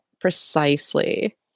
Precisely